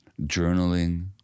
journaling